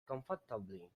comfortably